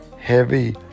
heavy